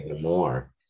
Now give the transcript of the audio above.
more